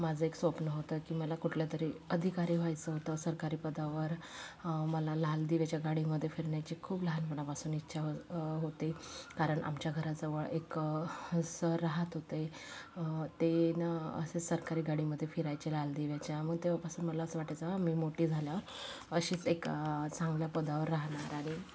माझं एक स्वप्न होतं की मला कुठलं तरी अधिकारी व्हायचं होतं सरकारी पदावर मला लाल दिव्याच्या गाडीमध्ये फिरण्याची खूप लहानपणापासून इच्छा होती कारण आमच्या घराजवळ एक सर राहत होते ते नं असंच सरकारी गाडीमध्ये फिरायचे लाल दिव्याच्या मग तेव्हापासून मला असं वाटायचं मी मोठी झाल्यावर अशीच एक चांगल्या पदावर राहणार आणि